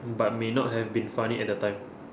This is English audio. but may not have been funny at the time